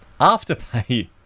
afterpay